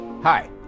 Hi